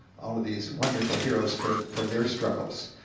all of these wonderful heroes for for their struggles.